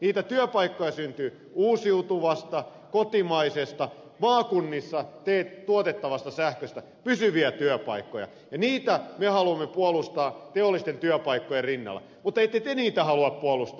niitä työpaikkoja syntyy uusiutuvasta kotimaisesta maakunnissa tuotettavasta sähköstä pysyviä työpaikkoja ja niitä me haluamme puolustaa teollisten työpaikkojen rinnalla mutta ette te niitä halua puolustaa